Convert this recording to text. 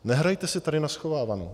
Nehrajte si tady na schovávanou.